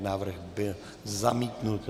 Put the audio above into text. Návrh byl zamítnut.